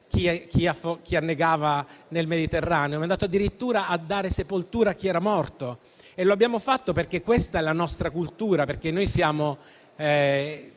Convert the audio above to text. chi annegava nel Mediterraneo, ma è andato addirittura a dare sepoltura a chi era morto. E lo abbiamo fatto perché questa è la nostra cultura, perché noi siamo